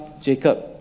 jacob